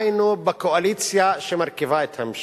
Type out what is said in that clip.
היינו בקואליציה שמרכיבה את הממשלה.